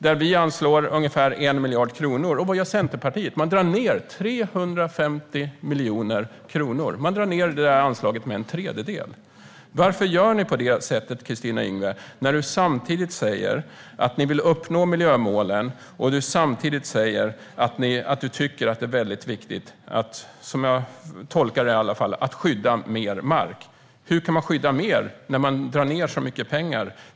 Där anslår vi ungefär 1 miljard kronor. Vad gör Centerpartiet? Man drar ned detta anslag med 350 miljoner kronor, alltså med en tredjedel. Varför gör ni på det sättet, Kristina Yngwe, när du samtidigt säger att ni vill uppnå miljömålen och att du tycker att det är mycket viktigt att, som jag tolkar det, skydda mer mark? Hur kan man skydda mer när man drar ned med så mycket pengar?